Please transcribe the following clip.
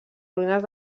ruïnes